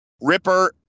Ripper